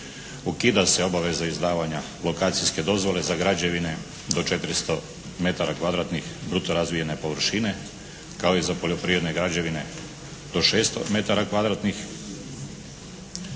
ukida se obaveza izdavanja lokacijske dozvole za građevine do 400 metara kvadratnih bruto razvijene površine kao i za poljoprivredne građevine do 600